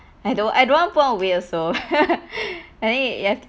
I don't I don't want to put on weight also I mean yes